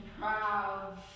Proud